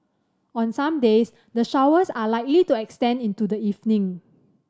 on some days the showers are likely to extend into the evening